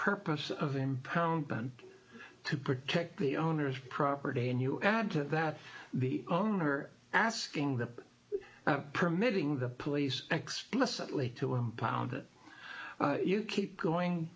purpose of him to protect the owner's property and you add to that the owner asking that permitting the police explicitly to impound it you keep going